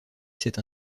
cette